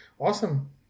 Awesome